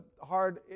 hard